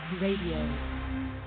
Radio